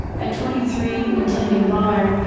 at twenty three, and tending bar,